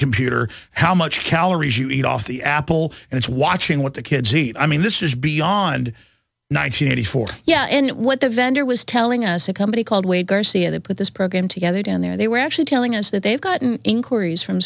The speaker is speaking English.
computer how much calories you eat off the apple and it's watching what the kids eat i mean this is beyond nineteen eighty four yeah and what the vendor was telling us a company called way garcia they put this program together down there they were actually telling us that they've gotten inquiries from